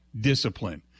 discipline